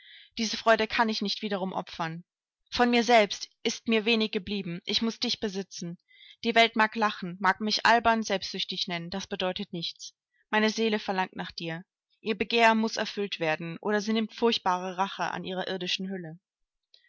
diese freuden kann ich nicht wiederum opfern von mir selbst ist mir wenig geblieben ich muß dich besitzen die welt mag lachen mag mich albern selbstsüchtig nennen das bedeutet nichts meine seele verlangt nach dir ihr begehr muß erfüllt werden oder sie nimmt furchtbare rache an ihrer irdischen hülle